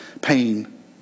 pain